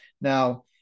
Now